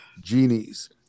Genies